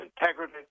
integrity